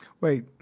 Wait